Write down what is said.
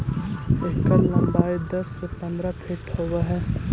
एकर लंबाई दस से पंद्रह फीट होब हई